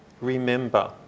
remember